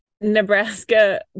Nebraska